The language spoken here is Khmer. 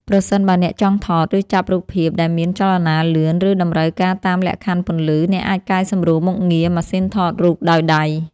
ប្រសិនបើអ្នកចង់ថត ឬចាប់រូបភាពដែលមានចលនាលឿន ឬតម្រូវការតាមលក្ខខណ្ឌពន្លឺ អ្នកអាចកែសម្រួលមុខងារ ម៉ាស៊ីនថតរូបដោយដៃ។